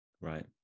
Right